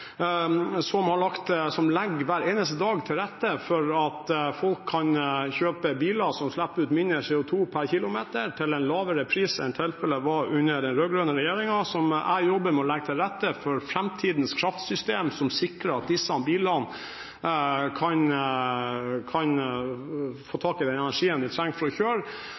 som hver eneste dag legger til rette for at folk kan kjøpe biler som slipper ut mindre CO2 per km, til en lavere pris enn tilfellet var under den rød-grønne regjeringen. Jeg jobber med å legge til rette for framtidens kraftsystem, som sikrer at disse bilene kan få tak i den energien de trenger for å kjøre.